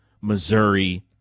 Missouri